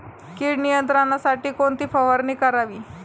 कीड नियंत्रणासाठी कोणती फवारणी करावी?